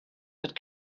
that